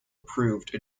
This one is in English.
approved